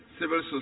civil